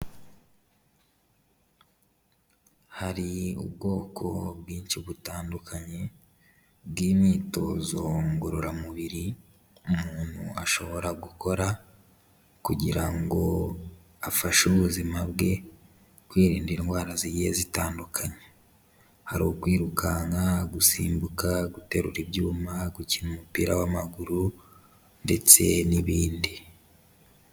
Hari ubwoko bwinshi butandukanye bw'imyitozo ngororamubiri umuntu ashobora gukora kugira ngo afashe ubuzima bwe kwirinda indwara zigiye zitandukanye, hari ukwirukanka, gusimbuka, guterura ibyuma, gukina umupira w'amaguru ndetse n'ibindi.